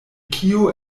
kio